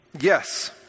Yes